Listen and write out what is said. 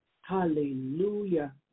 Hallelujah